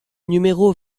numéro